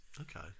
okay